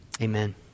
Amen